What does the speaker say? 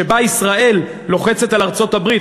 שבה ישראל לוחצת על ארצות-הברית,